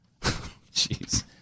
Jeez